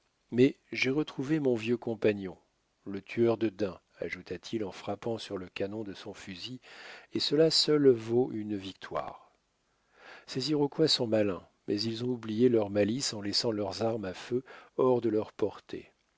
mais jai retrouvé mon vieux compagnon le tueur de daims ajouta-t-il en frappant sur le canon de son fusil et cela seul vaut une victoire ces iroquois sont malins mais ils ont oublié leur malice en laissant leurs armes à feu hors de leur portée